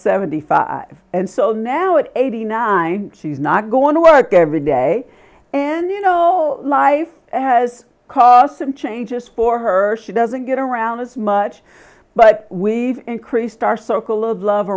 seventy five and so now at eighty nine she's not going to work every day and you know life has costs and changes for her she doesn't get around as much but we've increased our circle of love